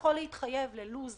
הוא אמר שהוא לא יכול להתחייב ללו"ז